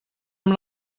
amb